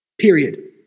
Period